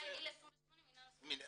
מעל גיל